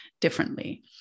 differently